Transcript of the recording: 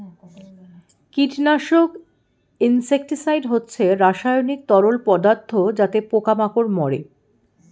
কীটনাশক ইনসেক্টিসাইড হচ্ছে রাসায়নিক তরল পদার্থ যাতে পোকা মাকড় মারে